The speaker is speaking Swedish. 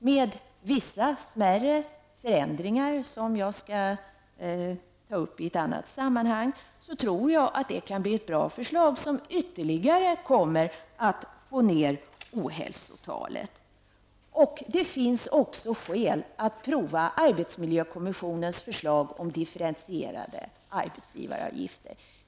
Med vissa smärre förändringar som jag skall ta upp i ett annat sammanhang tror jag att det kan bli ett bra förslag som ytterligare kommer att minska ohälsotalet. Det finns också skäl att pröva arbetsmiljökommissionens förslag om differentierade arbetsgivaravgifter.